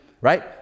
right